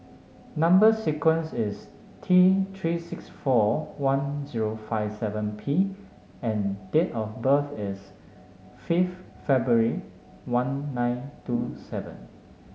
number sequence is T Three six four one zero five seven P and date of birth is fifth February one nine two seven